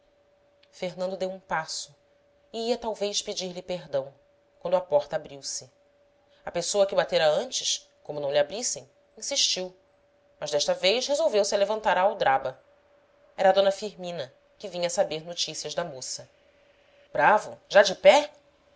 fernando deu um passo e ia talvez pedir-lhe perdão quando a porta abriu-se a pessoa que batera antes como não lhe abrissem insistiu mas desta vez resolveu-se a levantar a aldraba era d firmina que vinha saber notícias da moça bravo já de pé